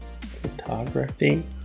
photography